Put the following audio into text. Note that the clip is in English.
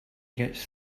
gets